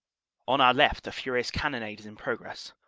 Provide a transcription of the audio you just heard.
on our left a furious cannonade is in progress,